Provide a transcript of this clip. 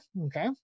okay